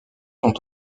sont